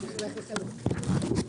הישיבה ננעלה בשעה 14:44.